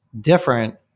different